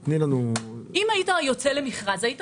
אם היית יוצא למכרז, היית